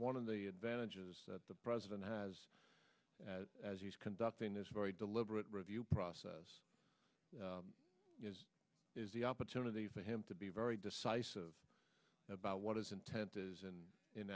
one of the advantages that the president has as he's conducting this very deliberate review process is the opportunity for him to be very decisive about what his intent is and in